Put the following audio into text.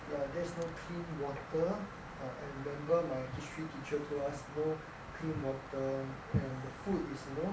ya there's no clean water I remember my history teacher told us no clean water and the food is you know